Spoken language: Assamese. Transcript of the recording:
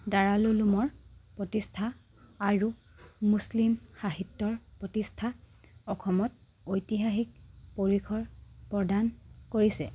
দাৰালুলুমৰ প্ৰতিষ্ঠা আৰু মুছলিম সাহিত্যৰ প্ৰতিষ্ঠা অসমত ঐতিহাসিক পৰিসৰ প্ৰদান কৰিছে